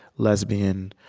lesbian,